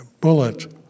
bullet